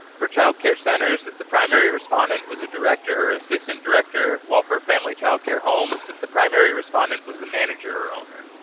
for child care centers the primary respondent was a director or assistant director, while for family childcare homes the primary respondent was the manager or owner.